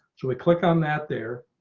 so we click on that there